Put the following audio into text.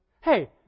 hey